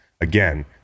Again